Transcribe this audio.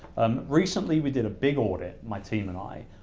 um recently, we did a big audit, my team and i,